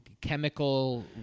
chemical